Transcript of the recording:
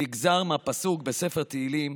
נגזר מהפסוק בספר תהילים